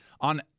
on